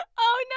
oh, no